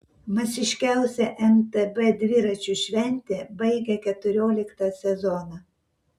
masiškiausia mtb dviračių šventė baigia keturioliktą sezoną